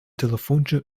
telefoontje